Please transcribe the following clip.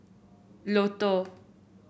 Lotto